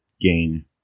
gain